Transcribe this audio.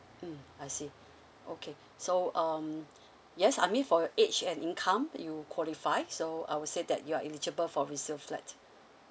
mm I see okay so um yes I mean for your age and income you qualify so I would say that you're eligible for resale flat